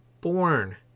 born